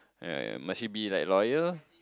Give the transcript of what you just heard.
ya ya must she be like loyal